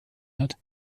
hat